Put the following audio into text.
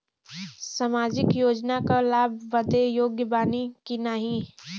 सामाजिक योजना क लाभ बदे योग्य बानी की नाही?